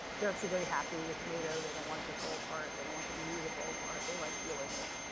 they're actually very happy with nato. they don't want it to fall apart. they don't want the eu to fall apart. they like dealing with,